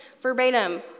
verbatim